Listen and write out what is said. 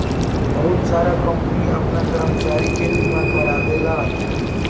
बहुत सारा कंपनी आपन कर्मचारी के बीमा कारावेला